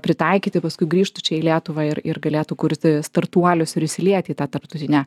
pritaikyti paskui grįžtų čia į lietuvą ir ir galėtų kurti startuolius ir įsilieti į tą tarptautinę